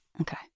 Okay